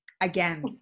again